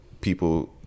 people –